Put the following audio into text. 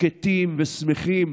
שקטים ושמחים.